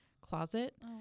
closet